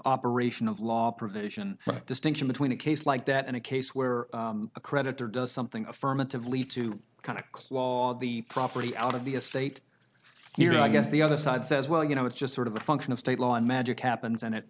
operation of law provision distinction between a case like that and a case where a creditor does something affirmatively to kind of claw the property out of the estate here i guess the other side says well you know it's just sort of a function of state law and magic happens and it